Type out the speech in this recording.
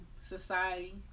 society